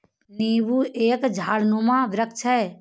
नींबू एक झाड़नुमा वृक्ष है